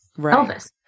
elvis